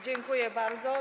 Dziękuję bardzo.